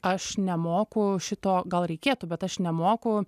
aš nemoku šito gal reikėtų bet aš nemoku